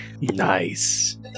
Nice